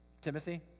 timothy